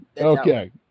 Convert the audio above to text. Okay